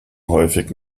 häufig